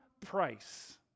price